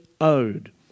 owed